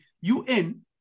UN